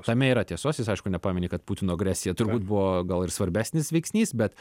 tame yra tiesos jis aišku nepamini kad putino agresija turbūt buvo gal ir svarbesnis veiksnys bet